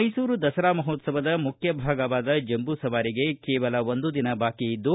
ಮೈಸೂರು ದಸರಾ ಮಹೋತ್ಸವದ ಮುಖ್ಯ ಭಾಗವಾದ ಜಂಬೂ ಸವಾರಿಗೆ ಕೇವಲ ಒಂದು ದಿನ ಬಾಕಿ ಇದ್ದು